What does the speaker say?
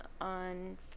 on